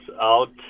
out